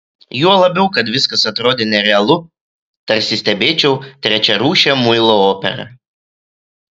juo labiau kad viskas atrodė nerealu tarsi stebėčiau trečiarūšę muilo operą